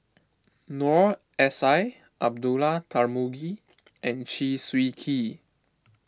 Noor S I Abdullah Tarmugi and Chew Swee Kee